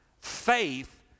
Faith